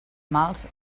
mals